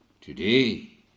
Today